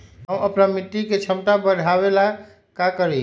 हम अपना मिट्टी के झमता बढ़ाबे ला का करी?